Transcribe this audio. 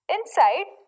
Inside